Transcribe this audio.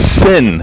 sin